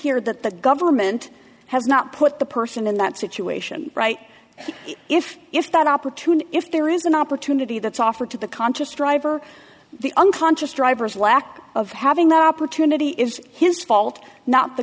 here that the government has not put the person in that situation right if if that opportunity if there is an opportunity that's offered to the conscious driver the unconscious driver's lack of having that opportunity is his fault not the